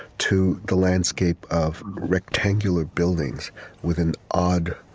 to the landscape of rectangular buildings with an odd,